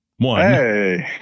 One